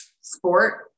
sport